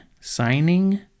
signing